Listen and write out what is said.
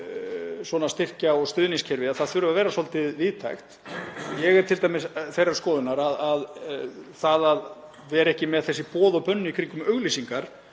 svona styrkja- og stuðningskerfi þurfi að vera svolítið víðtækt. Ég er t.d. þeirrar skoðunar að það að vera ekki með þessi boð og bönn í kringum auglýsingar